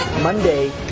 Monday